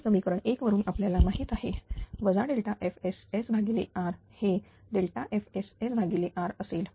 आणि समीकरण 1 वरून आपल्याला माहिती आहे FSSR हे FSSR असेल